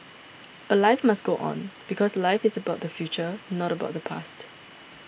but life must go on because life is about the future not about the past